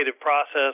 process